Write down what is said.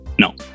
No